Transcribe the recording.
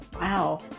Wow